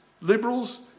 liberals